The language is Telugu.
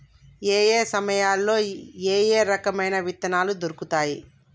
ఏయే సమయాల్లో ఏయే రకమైన విత్తనాలు దొరుకుతాయి?